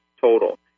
total